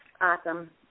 Awesome